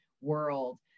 world